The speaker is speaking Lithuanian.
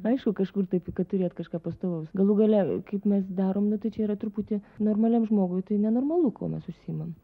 aišku kažkur taip kad turėt kažką pastovaus galų gale kaip mes darom nu tai čia yra truputį normaliam žmogui tai nenormalu kuo mes užsiimam